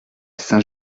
saint